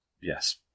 Yes